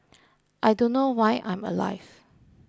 I don't know why I'm alive